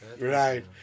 Right